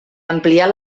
ampliar